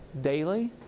daily